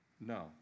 No